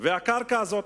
הקרקע הזאת,